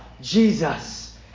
Jesus